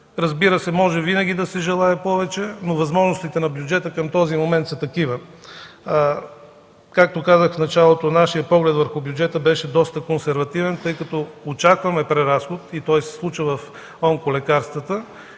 Разбира се, винаги може да се желае повече, но възможностите на бюджета към този момент са такива. Както казах в началото, нашият поглед върху бюджета беше доста консервативен, тъй като очакваме преразход и той се случва в онколекарствата